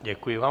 Děkuji vám.